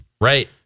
Right